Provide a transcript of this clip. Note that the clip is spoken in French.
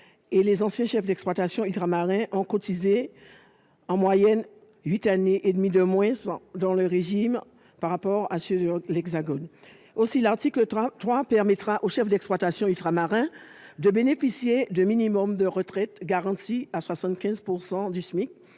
les anciens chefs d'exploitation ultramarins ont cotisé en moyenne 8,5 années de moins dans le régime que ceux de l'Hexagone. Aussi, l'article 3 permettra aux chefs d'exploitation ultramarins de bénéficier du minimum de retraite garanti à 75 % du SMIC,